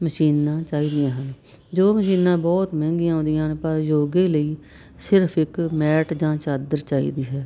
ਮਸ਼ੀਨਾਂ ਚਾਹੀਦੀਆਂ ਹਨ ਜੋ ਮਸ਼ੀਨਾਂ ਬਹੁਤ ਮਹਿੰਗੀਆਂ ਆਉਂਦੀਆਂ ਹਨ ਪਰ ਯੋਗੇ ਲਈ ਸਿਰਫ ਇੱਕ ਮੈਟ ਜਾਂ ਚਾਦਰ ਚਾਹੀਦੀ ਹੈ